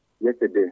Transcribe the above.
yesterday